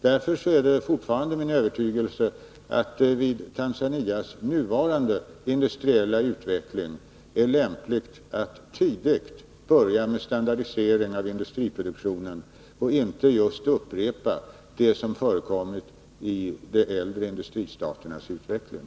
Därför är det fortfarande min övertygelse att det beträffande Tanzanias nuvarande industriella utveckling är lämpligt att tidigt börja med standardisering av industriproduktionen, inte att upprepa det som förekommit i de äldre industristaternas utveckling.